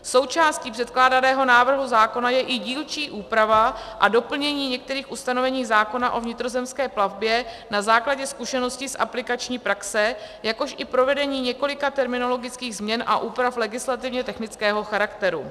Součástí předkládaného návrhu zákona je i dílčí úprava a doplnění některých ustanovení zákona o vnitrozemské plavbě na základě zkušeností z aplikační praxe, jakož i provedení několika terminologických změn a úprav legislativně technického charakteru.